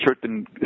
certain